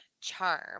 charm